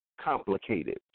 Complicated